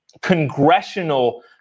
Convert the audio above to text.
congressional